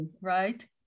right